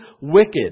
wicked